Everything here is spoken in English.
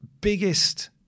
biggest